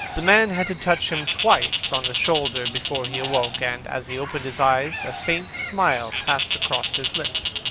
the man had to touch him twice on the shoulder before he woke, and as he opened his eyes a faint smile passed across his lips,